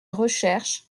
recherche